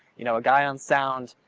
you know a guy on sound,